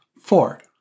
Four